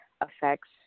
affects